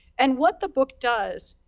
and what the book does,